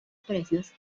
precios